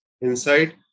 inside